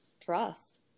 trust